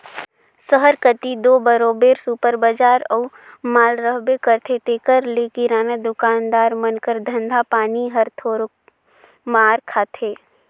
सहर कती दो बरोबेर सुपर बजार अउ माल रहबे करथे तेकर ले किराना दुकानदार मन कर धंधा पानी हर थोरोक मार खाथे